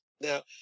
Now